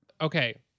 Okay